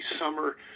summer